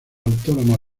autónoma